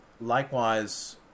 likewise